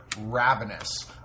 Ravenous